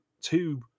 two